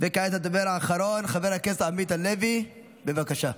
וכעת לדובר האחרון, חבר הכנסת עמית הלוי, בבקשה,